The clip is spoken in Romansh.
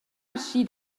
aschi